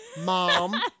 mom